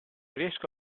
riesco